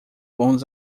bons